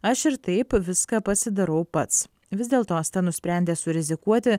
aš ir taip viską pasidarau pats vis dėlto asta nusprendė surizikuoti